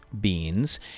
beans